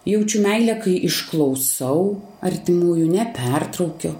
jaučiu meilę kai išklausau artimųjų nepertraukiu